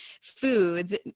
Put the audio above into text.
foods